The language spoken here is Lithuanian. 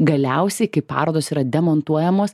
galiausiai kai parodos yra demontuojamos